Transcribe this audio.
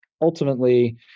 ultimately